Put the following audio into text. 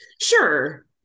Sure